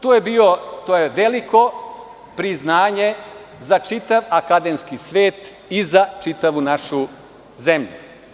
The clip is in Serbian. To je veliko priznanje za čitav akademski svet i za čitavu našu zemlju.